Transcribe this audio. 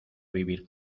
vivir